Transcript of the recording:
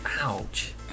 Ouch